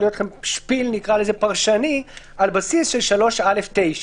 להיות לכם שפיל פרשני על בסיס של 3(א)(9).